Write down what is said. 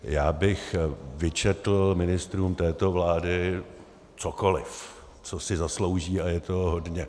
Já bych vyčetl ministrům této vlády cokoliv, co si zaslouží, a je toho hodně.